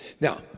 Now